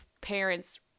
parents